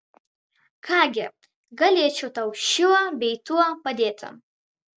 ką gi galėčiau tau šiuo bei tuo padėti